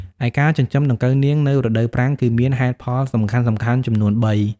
ឯការចិញ្ចឹមដង្កូវនាង នៅរដូវប្រាំង គឺមានហេតុផលសំខាន់ៗចំនួន៣។